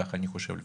ככה אני חושב לפחות,